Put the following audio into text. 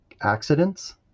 accidents